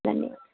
ధన్య